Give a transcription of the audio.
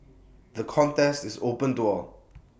the contest is open to all